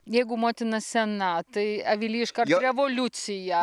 jeigu motina sena tai avily iškart revoliucija